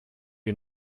you